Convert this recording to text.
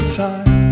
time